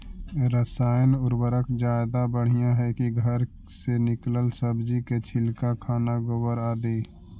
रासायन उर्वरक ज्यादा बढ़िया हैं कि घर से निकलल सब्जी के छिलका, खाना, गोबर, आदि?